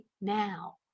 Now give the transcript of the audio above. now